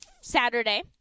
Saturday